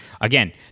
again